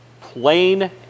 Plain